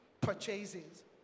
purchases